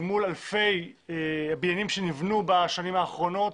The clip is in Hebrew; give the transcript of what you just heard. מול אלפי בניינים שנבנו בשנים האחרונות,